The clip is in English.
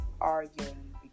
arguing